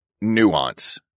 nuance